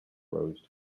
rose